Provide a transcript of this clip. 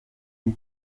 ari